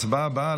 ההצבעה הבאה,